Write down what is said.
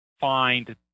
find